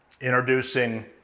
introducing